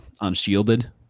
unshielded